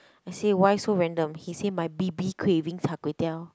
I say why so random he say my B_B craving Char-Kway-Teow